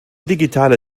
digitale